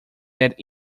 that